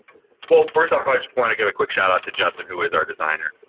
well, first off, i just wanna give a quick shout-out to justin, who is our designer.